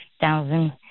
thousand